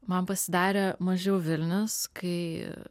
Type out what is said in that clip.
man pasidarė mažiau vilnius kai